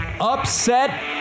Upset